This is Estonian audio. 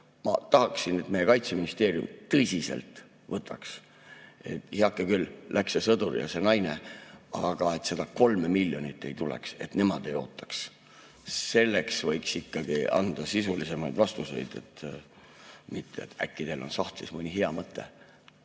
Ma tahaksin, et meie Kaitseministeerium seda tõsiselt võtaks. Heake küll, läks see sõdur ja see naine. Aga et seda kolme miljonit ei tuleks, et nemad ei ootaks! Selleks võiks ikkagi anda sisulisemaid vastuseid, mitte et äkki teil on sahtlis mõni hea mõte.